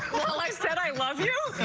i said i love yeah i